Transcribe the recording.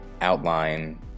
outline